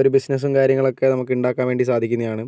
ഒരു ബിസിനസ്സും കാര്യങ്ങളൊക്കെ നമുക്ക് ഉണ്ടാക്കാൻ വേണ്ടി സാധിക്കുന്നതാണ്